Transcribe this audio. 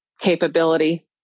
capability